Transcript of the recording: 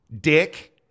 Dick